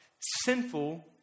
sinful